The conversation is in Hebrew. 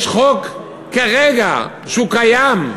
יש כרגע חוק שקיים,